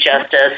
Justice